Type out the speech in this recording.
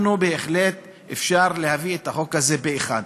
בהחלט אפשר להביא את החוק הזה פה-אחד.